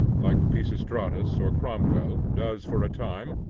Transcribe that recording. like pisistratus, or cromwell, does for a time,